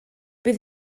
bydd